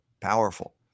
powerful